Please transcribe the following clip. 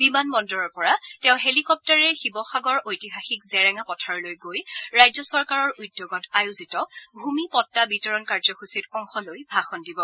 বিমান বন্দৰৰ পৰা তেওঁ হেলিকপ্তাৰেৰে শিৱসাগৰৰ ঐতিহাসিক জেৰেঙা পথাৰলৈ গৈ ৰাজ্য চৰকাৰৰ উদ্যোগত আয়োজিত ভূমি পটা বিতৰণ কাৰ্যসূচীত অংশ লৈ ভাষণ দিব